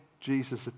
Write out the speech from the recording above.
Jesus